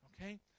Okay